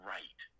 Right